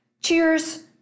Cheers